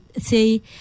say